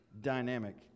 dynamic